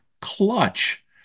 Clutch